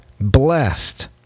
blessed